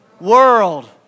world